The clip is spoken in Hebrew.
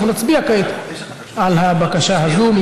נצביע כעת על הבקשה הזאת.